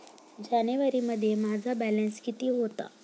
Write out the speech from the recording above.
जानेवारीमध्ये माझा बॅलन्स किती होता?